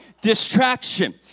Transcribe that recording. distraction